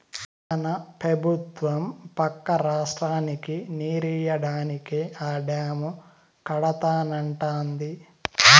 మన పెబుత్వం పక్క రాష్ట్రానికి నీరియ్యడానికే ఆ డాము కడతానంటాంది